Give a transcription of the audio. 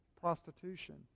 prostitution